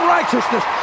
Righteousness